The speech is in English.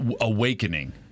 awakening